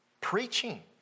preaching